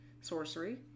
sorcery